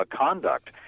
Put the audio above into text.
conduct